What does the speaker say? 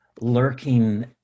lurking